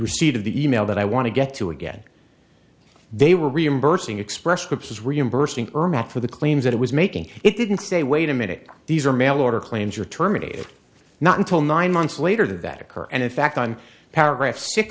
receipt of the e mail that i want to get to again they were reimbursing expression of his reimbursing ermac for the claims that it was making it didn't say wait a minute these are mail order claims are terminated not until nine months later that occur and in fact on paragraph s